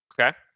okay